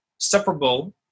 Separable